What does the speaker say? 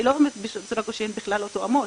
אני לא אומרת שהן בכלל לא תואמות,